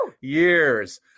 years